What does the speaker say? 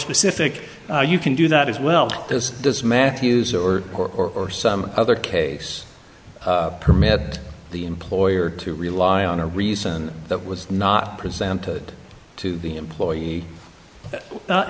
specific you can do that as well as does matthews or or or some other case permitted the employer to rely on a reason that was not presented to the employee